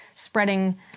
Spreading